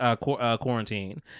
quarantine